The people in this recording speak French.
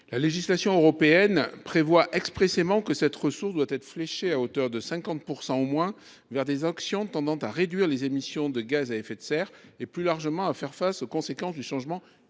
la législation européenne que cette ressource soit fléchée, à hauteur de 50 % au moins, vers des actions tendant à réduire les émissions de gaz à effet de serre et, plus largement, à faire face aux conséquences du changement